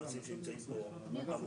תודה.